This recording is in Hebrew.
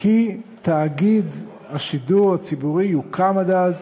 כי תאגיד השידור הציבורי יוקם עד אז,